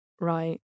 right